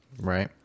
Right